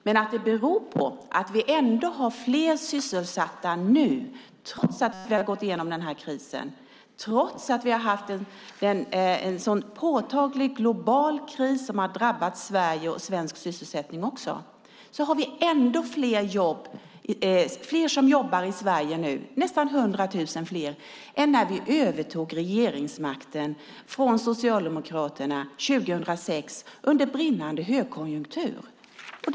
Men vi har ändå, trots att det har varit en global kris som har drabbat Sverige och svensk sysselsättning också, fler sysselsatta nu - nästan 100 000 fler - än när vi övertog regeringsmakten från Socialdemokraterna 2006 mitt under högkonjunkturen.